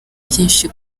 byinshi